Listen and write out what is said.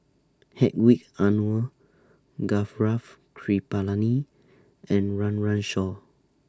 Hedwig Anuar Gaurav Kripalani and Run Run Shaw